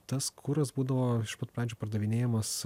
tas kuras būdavo iš pat pradžių pardavinėjamas